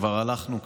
/ כבר הלכנו כמה,